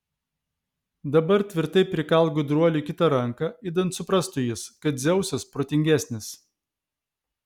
dabar tvirtai prikalk gudruoliui kitą ranką idant suprastų jis kad dzeusas protingesnis